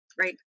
Right